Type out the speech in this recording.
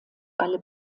alle